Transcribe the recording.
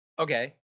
Okay